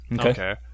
Okay